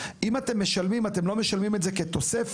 אם אתם משלמים אתם לא משלמים את זה כתוספת,